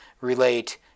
relate